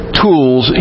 tools